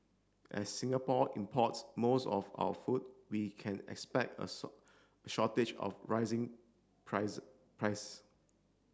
as Singapore import's most of our food we can expect a shortage of rising prices